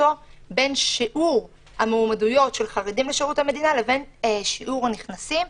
בין שיעור המועמדויות של חרדים לשירות המדינה לבין שיעור הנכנסים,